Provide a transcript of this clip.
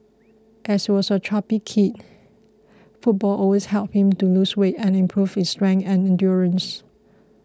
as he was a chubby kid football always helped him to lose weight and improve his strength and endurance